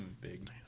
big